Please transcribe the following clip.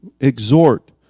exhort